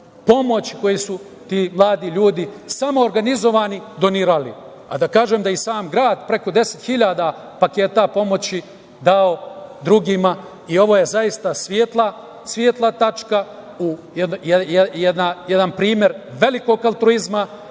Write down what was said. pomoći koju su ti mladi ljudi, samoorganizovani, donirali, a da kažem da je i sam grad preko 10.000 paketa pomoći dao drugima. Ovo je zaista svetla tačka, jedan primer velikog altruizma